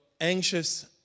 anxious